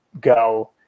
go